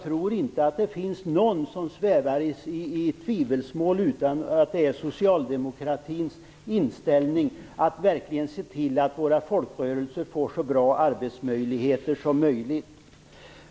Det finns nog inte någon som svävar i tvivelsmål om att det är socialdemokratins inställning att verkligen se till att våra folkrörelser får så bra arbetsmöjligheter som möjligt.